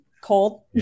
cold